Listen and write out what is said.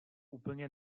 úplně